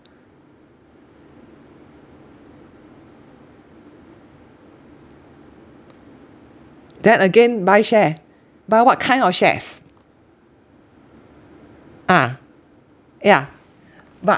then again buy share buy what kind of shares a'ah yeah but